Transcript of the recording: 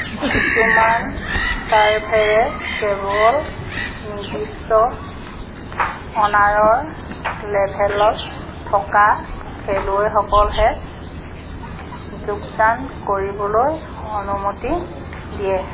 কিছুমান ছাৰ্ভাৰে কেৱল নিৰ্দিষ্ট অনাৰৰ লেভেলত থকা খেলুৱৈসকলকহে যোগদান কৰিবলৈ অনুমতি দিয়ে